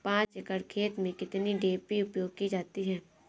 पाँच एकड़ खेत में कितनी डी.ए.पी उपयोग की जाती है?